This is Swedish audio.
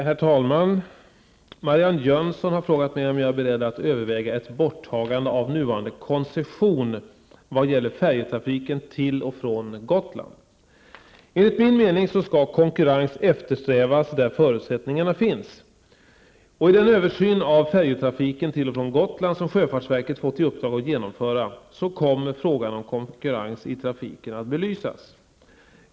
Herr talman! Marianne Jönsson har frågat mig om jag är beredd att överväga ett borttagande av nuvarande koncession vad gäller färjetrafiken till och från Gotland. Enligt min mening skall konkurrens eftersträvas där förutsättningarna finns. I den översyn av färjetrafiken till och från Gotland som sjöfartsverket fått i uppdrag att genomföra kommer frågan om konkurrens i trafiken att belysas.